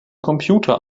computer